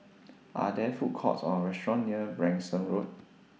Are There Food Courts Or restaurants near Branksome Road